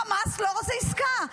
חמאס לא רוצה עסקה.